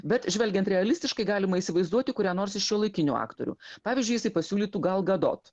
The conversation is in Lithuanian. bet žvelgiant realistiškai galima įsivaizduoti kurią nors iš šiuolaikinių aktorių pavyzdžiui jisai pasiūlytų gal gadot